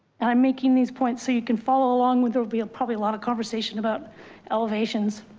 and i'm making these points so you can follow along with, there'll be probably a lot of conversation about elevations.